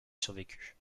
survécu